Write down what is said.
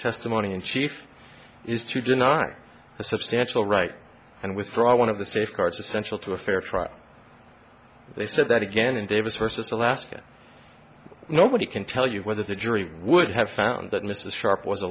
testimony in chief is to deny a substantial right and withdraw one of the safeguards essential to a fair trial they said that again in davis versus alaska nobody can tell you whether the jury would have found that mrs sharp was a